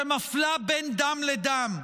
שמפלה בין דם לדם,